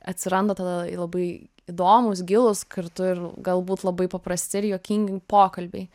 atsiranda tada labai įdomūs gilūs kartu ir galbūt labai paprasti ir juokingi pokalbiai